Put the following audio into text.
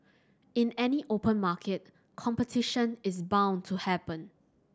in any open market competition is bound to happen